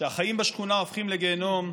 שהחיים בשכונה הופכים לגיהינום,